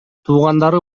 туугандары